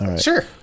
Sure